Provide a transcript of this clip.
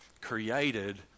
created